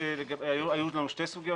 היו לנו שתי סוגיות.